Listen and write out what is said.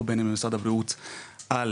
או